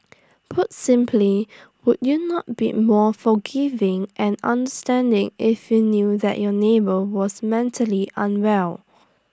put simply would you not be more forgiving and understanding if you knew that your neighbour was mentally unwell